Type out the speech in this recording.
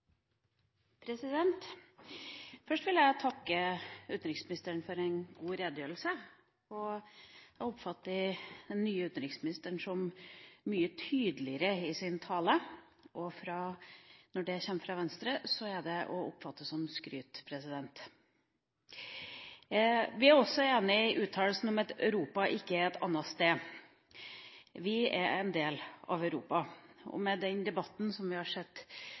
Først vil jeg takke utenriksministeren for en god redegjørelse. Jeg oppfatter den nye utenriksministeren som mye tydeligere i sin tale – og når det kommer fra Venstre, er det å oppfatte som skryt! Vi er også enig i uttalelsen at «Europa er ikke et annet sted». Vi er en del av Europa. Med den debatten som vi har